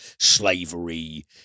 slavery